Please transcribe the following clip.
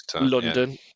London